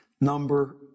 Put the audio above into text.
Number